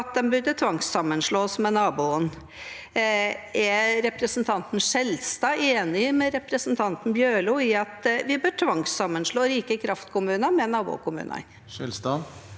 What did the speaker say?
at de burde tvangssammenslås med naboen. Er representanten Skjelstad enig med representanten Bjørlo i at vi bør tvangssammenslå rike kraftkommuner med nabokommunene?